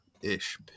ish